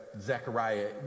Zechariah